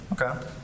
Okay